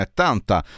tanta